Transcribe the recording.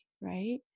right